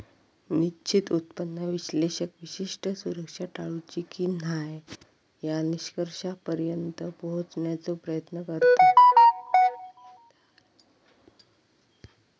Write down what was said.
निश्चित उत्पन्न विश्लेषक विशिष्ट सुरक्षा टाळूची की न्हाय या निष्कर्षापर्यंत पोहोचण्याचो प्रयत्न करता